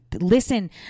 listen